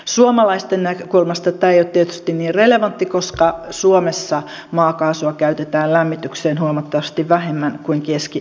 suomalaisten näkökulmasta tämä ei ole tietysti niin relevanttia koska suomessa maakaasua käytetään lämmitykseen huomattavasti vähemmän kuin keski euroopassa